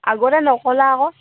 আগতে নক'লা আকৌ